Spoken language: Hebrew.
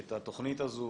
את התוכנית הזאת.